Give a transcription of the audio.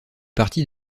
partie